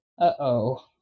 uh-oh